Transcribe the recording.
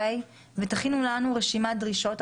תכינו לנו רשימת דרישות,